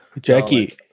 Jackie